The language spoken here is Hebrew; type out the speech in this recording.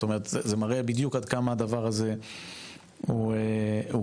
זה מראה בדיוק עד כמה הדבר הזה הוא קריטי.